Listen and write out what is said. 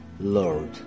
Lord